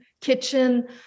kitchen